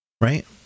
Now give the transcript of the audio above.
Right